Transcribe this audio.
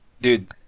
dude